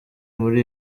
muri